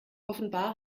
offenbar